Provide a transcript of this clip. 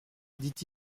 dit